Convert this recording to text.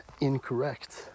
incorrect